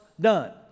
done